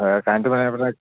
হয় কাৰেণ্টটো মানে আপোনাৰ